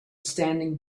standing